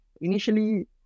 Initially